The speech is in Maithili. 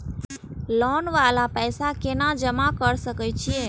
लोन वाला पैसा केना जमा कर सके छीये?